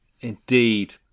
Indeed